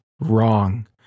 wrong